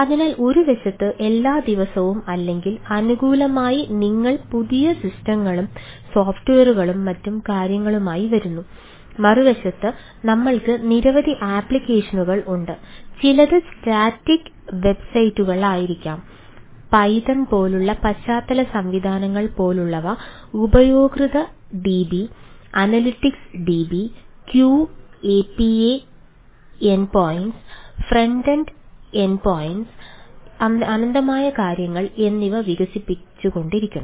അതിനാൽ ഒരു വശത്ത് എല്ലാ ദിവസവും അല്ലെങ്കിൽ ആനുകാലികമായി നിങ്ങൾ പുതിയ സിസ്റ്റങ്ങളും അനന്തമായ കാര്യങ്ങൾ എന്നിവ വികസിപ്പിച്ചുകൊണ്ടിരിക്കുന്നു